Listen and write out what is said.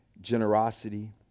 generosity